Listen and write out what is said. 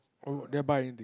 oh did I buy anything